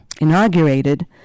inaugurated